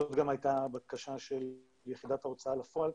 זאת גם הייתה הבקשה של יחידת ההוצאה לפעול,